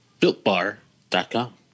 BuiltBar.com